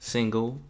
Single